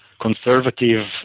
conservative